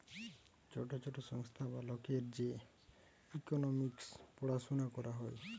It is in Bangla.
ছোট ছোট সংস্থা বা লোকের যে ইকোনোমিক্স পড়াশুনা করা হয়